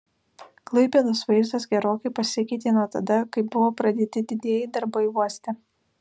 klaipėdos vaizdas gerokai pasikeitė nuo tada kai buvo pradėti didieji darbai uoste